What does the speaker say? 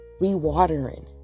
rewatering